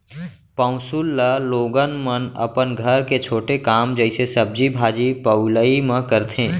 पौंसुल ल लोगन मन अपन घर के छोटे काम जइसे सब्जी भाजी पउलई म करथे